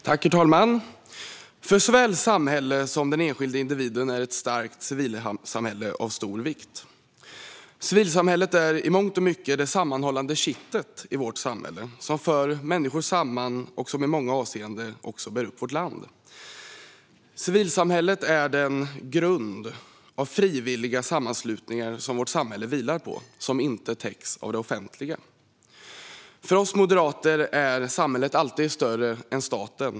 Herr talman! För såväl samhället som den enskilde individen är ett starkt civilsamhälle av stor vikt. Det är i mångt och mycket det sammanhållande kittet i vårt samhälle. Det för människor samman och bär i många avseenden upp vårt land. Det civila samhället är den grund av frivilliga sammanslutningar som vårt samhälle vilar på och som inte täcks av det offentliga. För oss moderater är samhället alltid större än staten.